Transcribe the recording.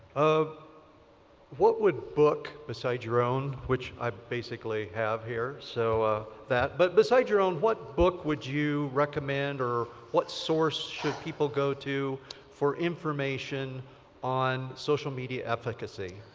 um what would book, besides your own, which i basically have here, so that, but besides your own what book would you recommend, or what source should people go to for information on social media efficacy?